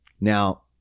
Now